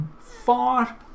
far